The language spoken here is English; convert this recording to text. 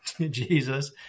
Jesus